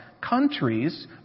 countries